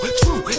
true